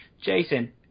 Jason